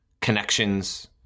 connections